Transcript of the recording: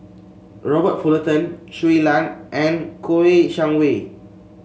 Robert Fullerton Shui Lan and Kouo Shang Wei